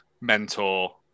mentor